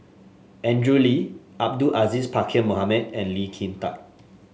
Andrew Lee Abdul Aziz Pakkeer Mohamed and Lee Kin Tat